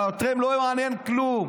אבל אתכם לא מעניין כלום.